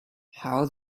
how